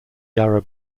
yarra